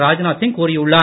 ராஜ்நாத் சிங் கூறியுள்ளார்